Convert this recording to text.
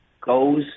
goes